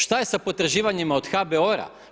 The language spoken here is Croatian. Šta je sa potraživanjima od HBOR-a?